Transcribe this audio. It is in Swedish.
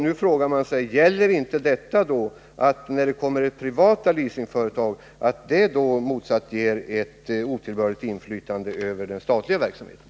Då vill jag ställa frågan: Får inte ett privat leasingföretag motsvarande otillbörliga inflytande över den statliga verksamheten?